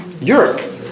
Europe